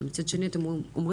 אבל מצד שני אתם אומרים,